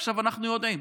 עכשיו אנחנו יודעים,